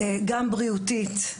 גם בריאותית,